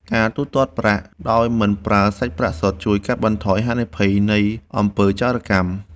ការទូទាត់ប្រាក់ដោយមិនប្រើសាច់ប្រាក់សុទ្ធ ជួយកាត់បន្ថយហានិភ័យនៃអំពើចោរកម្ម។